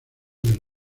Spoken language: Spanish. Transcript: del